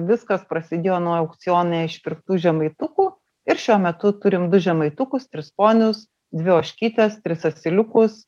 viskas prasidėjo nuo aukcione išpirktų žemaitukų ir šiuo metu turim du žemaitukus tris ponius dvi ožkytes tris asiliukus